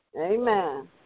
Amen